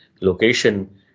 location